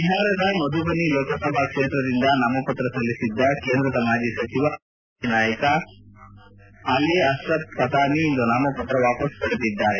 ಬಿಹಾರದ ಮಧುಬನಿ ಲೋಕಸಭಾ ಕ್ಷೇತ್ರದಿಂದ ನಾಮಪತ್ರ ಸಲ್ಲಿಸಿದ ಕೇಂದ್ರದ ಮಾಜಿ ಸಚಿವ ಹಾಗೂ ಆರ್ಜೆಡಿಯ ಬಂಡಾಯ ನಾಯಕ ಆಲಿ ಅಶ್ರಫ್ ಫತಾಮಿ ಇಂದು ನಾಮಪತ್ರ ವಾಪಸ್ ಪಡೆದಿದ್ದಾರೆ